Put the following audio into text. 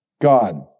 God